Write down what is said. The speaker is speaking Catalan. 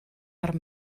per